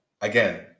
Again